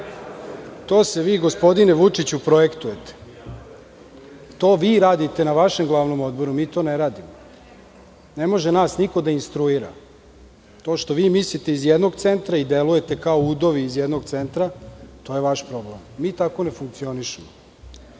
To se vi gospodine Vučiću projektujete, to vi radite na vašem glavnom odboru, mi to ne radimo. Ne može nas niko da instruira. To što vi mislite iz jednog centra, i delujete kao udovi iz jednog centra, to je vaš problem, mi tako ne funkcionišemo. Inače,